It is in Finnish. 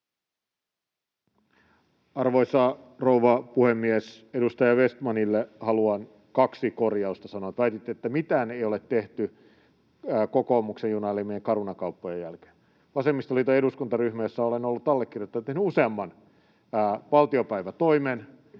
Arvoisa rouva puhemies! Edustaja Vestmanille haluan kaksi korjausta sanoa. Väititte, että mitään ei ole tehty kokoomuksen junailemien Caruna-kauppojen jälkeen. Vasemmistoliiton eduskuntaryhmä, jossa olen ollut allekirjoittajana, on tehnyt useamman valtiopäivätoimen